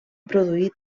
produir